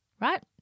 right